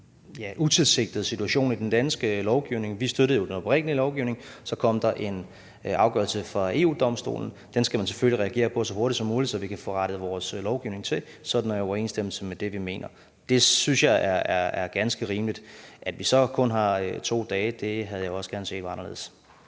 en utilsigtet situation i den danske lovgivning. Vi støttede jo den oprindelige lovgivning. Så kom der en afgørelse fra EU-Domstolen. Den skal man selvfølgelig reagere på så hurtigt som muligt, så vi kan få rettet vores lovgivning til, så den er i overensstemmelse med det, vi mener. Det synes jeg er ganske rimeligt. At vi så kun har 2 dage, havde jeg gerne set var anderledes.